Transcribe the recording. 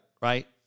Right